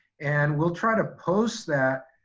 and we'll try to post that